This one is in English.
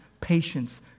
patience